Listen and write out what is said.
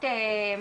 ואם